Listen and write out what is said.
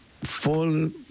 full